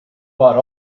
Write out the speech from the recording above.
bought